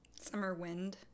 Summerwind